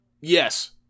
Yes